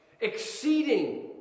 Exceeding